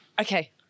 Okay